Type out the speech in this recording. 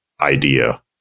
idea